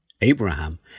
Abraham